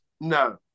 no